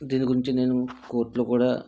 దీని గురించి నేను కోర్టు లో కూడా